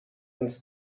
ins